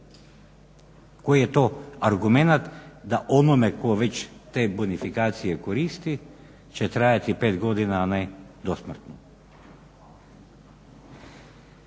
Koji je to argumenat da onome tko već te bonifikacije koristi će trajati 5 godina, a ne dosmrtno?